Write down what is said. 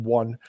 one